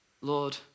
Lord